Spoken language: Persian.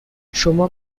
شما